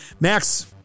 Max